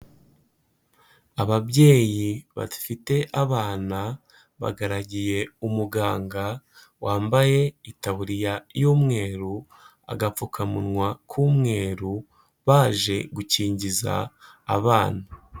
Ababyeyi badafite abana bagaragiye umuganga wambaye itaburiya y'umweru, agapfukamunwa k'umweru, baje gukingiza abana.